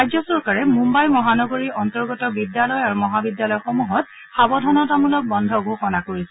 ৰাজ্য চৰকাৰে মুম্বাই মহানগৰীৰ অন্তৰ্গত বিদ্যালয় আৰু মহাবিদ্যালয়সমূহত সাৱধানতামলক বন্ধ ঘোষণা কৰিছে